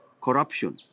corruption